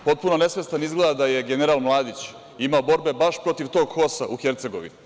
Potpuno je nesvestan, izgleda, da je general Mladić imao borbe baš protiv tog HOS-a u Hercegovini.